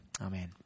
Amen